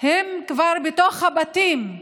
הן כבר בתוך הבתים.